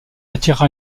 attira